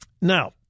Now